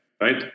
Right